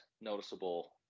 noticeable